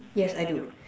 yes I do